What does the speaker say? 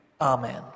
Amen